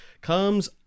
comes